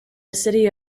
city